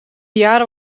jaren